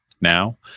now